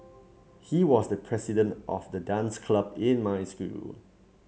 he was the president of the dance club in my school